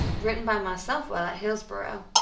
written by myself while at hillsboro'.